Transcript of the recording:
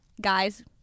Guys